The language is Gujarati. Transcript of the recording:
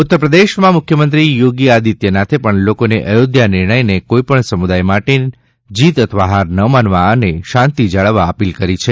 ઉત્તર પ્રદેશમાં મુખ્યમંત્રીશ્રી યોગી આદિત્યનાથે પણ લોકોને અયોધ્યા નિર્ણયને કોઈપણ સમુદાય માટે જીત અથવા હાર ન માનવા અને શાંતિ જાળવવા અપીલ કરી છે